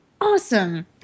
awesome